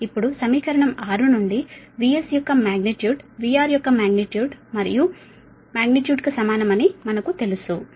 ఇప్పుడు సమీకరణం 6 నుండి VS యొక్క మాగ్నిట్యూడ్ VR యొక్క మాగ్నిట్యూడ్ మరియు మాగ్నిట్యూడ్ కు సమానమని మనకు తెలుసు VS VR I R δXsin δ